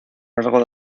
largo